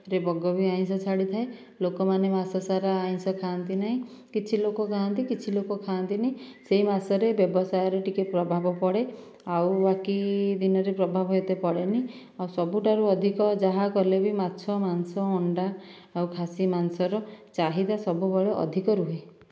ବଗ ବି ଆଇଁଷ ଛାଡ଼ିଥାଏ ଲୋକ ମାନେ ମାସ ସାରା ଆଇଁସ ଖାଆନ୍ତି ନାହିଁ କିଛି ଲୋକ ଖାଆନ୍ତି କିଛି ଲୋକ ଖାଆନ୍ତି ନାହିଁ ସେହି ମାସ ରେ ବ୍ୟବସାୟ ରେ ଟିକେ ପ୍ରଭାବ ପଡ଼େ ଆଉ ବାକି ଦିନ ରେ ପ୍ରଭାବ ପଡ଼େ ନାହିଁ ଆଉ ସବୁଠାରୁ ଅଧିକ ଯାହା କଲେ ବି ମାଛ ମାଂସ ଅଣ୍ଡା ଆଉ ଖାସି ମାଂସ ର ଚାହିଦା ସବୁବେଳେ ଅଧିକା ରୁହେ